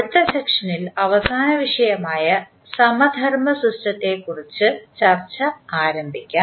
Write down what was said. അടുത്ത സെഷനിൽ അവസാന വിഷയം ആയ സമധർമ്മ സിസ്റ്റത്തെ കുറിച്ച് ചർച്ച ആരംഭിക്കാം